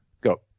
Go